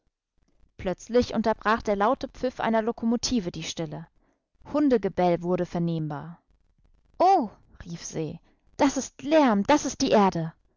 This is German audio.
plötzlich unterbrach der laute pfiff einer lokomotive die stille hundegebell wurde vernehmbar oh rief se das ist lärm das ist die erde